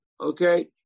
Okay